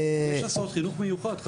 יש הסעות לחינוך מיוחד.